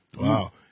Wow